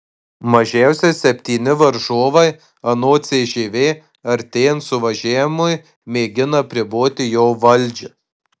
mažiausiai septyni varžovai anot cžv artėjant suvažiavimui mėgina apriboti jo valdžią